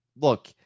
Look